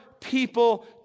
people